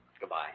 Goodbye